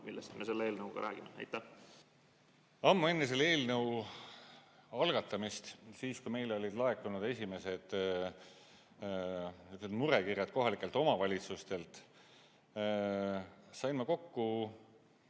millest me selle eelnõuga räägime? Ammu enne selle eelnõu algatamist, siis, kui meile olid laekunud esimesed murekirjad kohalikelt omavalitsustelt, sain ma kokku